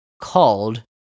called